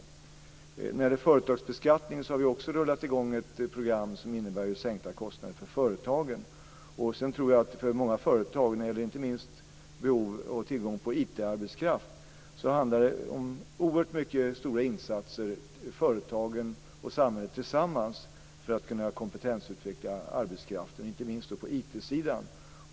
När det gäller företagsbeskattningen har vi också rullat i gång ett program som innebär sänkta kostnader för företagen. För många företag - inte minst när det gäller behov och tillgång på IT-arbetskraft - handlar det om oerhört stora insatser i företagen och samhället tillsammans för att kompetensutveckla arbetskraften inte minst på IT-sidan.